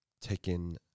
taken